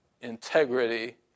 integrity